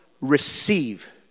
receive